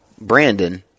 Brandon